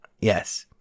Yes